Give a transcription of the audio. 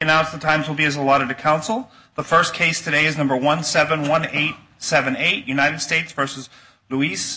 i sometimes will be as a lot of the council but first case today is number one seven one eight seven eight united states versus luis